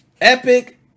Epic